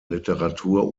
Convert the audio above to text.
literatur